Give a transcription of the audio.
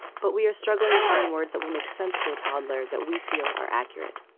but we are struggling to find words that will make sense to a toddler that we feel are accurate.